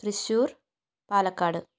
Thrissur Palakkad